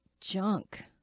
junk